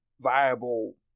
viable